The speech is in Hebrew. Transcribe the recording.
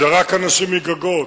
זרק אנשים מגגות,